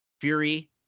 Fury